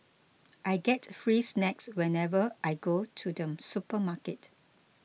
I get free snacks whenever I go to the supermarket